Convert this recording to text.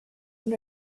and